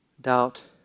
Doubt